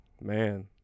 Man